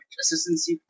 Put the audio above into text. assistance